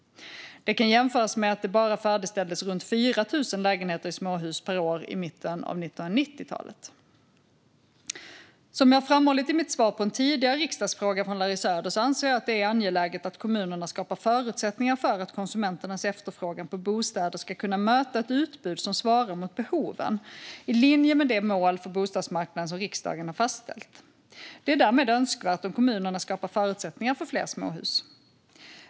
Det kan jämföras med att det bara färdigställdes runt 4 000 lägenheter i småhus per år i mitten av 1990-talet. Som jag har framhållit i mitt svar på en tidigare skriftlig fråga från Larry Söder anser jag att det är angeläget att kommunerna skapar förutsättningar för att konsumenternas efterfrågan på bostäder ska kunna möta ett utbud som svarar mot behoven, i linje med det mål för bostadsmarknaden som riksdagen har fastställt. Det är därmed önskvärt om kommunerna skapar förutsättningar för fler småhus.